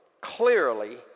clearly